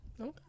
Okay